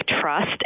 trust